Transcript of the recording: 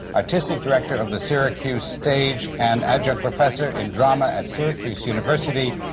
artistic director of the syracuse stage and adjunct professor in drama at syracuse university,